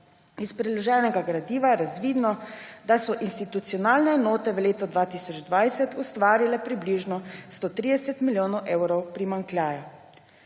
Iz priloženega gradiva je razvidno, da so institucionalne enote v letu 2020 ustvarile približno 130 milijonov evrov primanjkljaja.